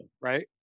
right